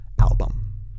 album